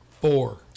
four